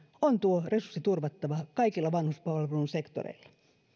on tuo resurssi turvattava kaikilla vanhuspalvelun sektoreilla